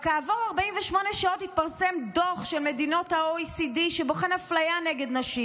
רק שכעבור 48 שעות התפרסם דוח של מדינות ה-OECD שבוחן אפליה נגד נשים.